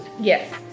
Yes